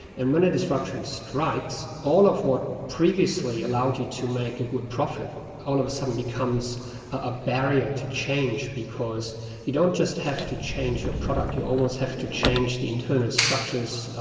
and when a disruption strikes, all of what previously allowed you to make a good profit all of a sudden becomes a barrier to change because you don't just have to change your product, you almost have to change the internal structures,